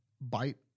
bite